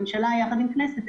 ממשלה יחד עם הכנסת,